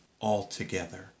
altogether